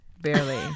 barely